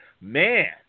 man